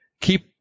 keep